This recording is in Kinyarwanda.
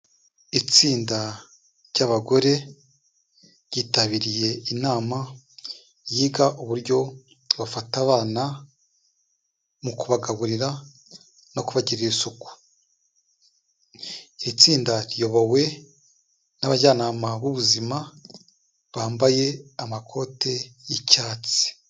Itsinda ryabagore ryitabiriye inama yiga uburyo bafata abana mu kubagaburia no kubagirira isuku; iri tsinda riyobowe n'abajyanama b'ubuzima, bambaye amakote y'icyatsi.